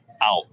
Out